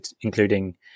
including